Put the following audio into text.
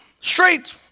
Straight